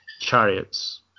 chariots